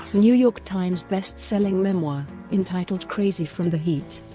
new york times best-selling memoir, entitled crazy from the heat.